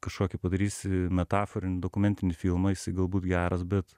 kažkokį padarysi metaforinį dokumentinį filmą jisai galbūt geras bet